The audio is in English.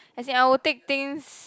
as I will take things